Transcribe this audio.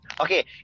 Okay